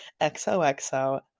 XOXO